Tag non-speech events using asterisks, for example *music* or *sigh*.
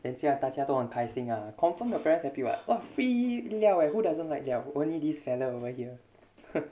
then 这样大家都很开心 ah confirm your parents happy [what] !wah! free 料 eh who doesn't like 料 only this fella over here *laughs*